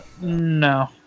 No